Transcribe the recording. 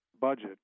budget